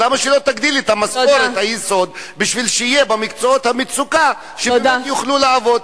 למה שלא תגדיל את משכורת היסוד כדי שבמקצועות המצוקה יוכלו לעבוד?